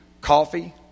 Coffee